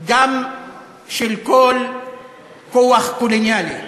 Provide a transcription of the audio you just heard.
גם של כל כוח קולוניאלי: